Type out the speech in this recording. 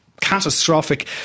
catastrophic